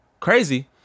Crazy